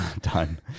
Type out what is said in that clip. Done